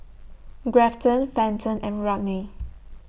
Grafton Fenton and Rodney